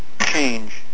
change